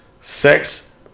sex